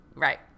Right